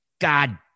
God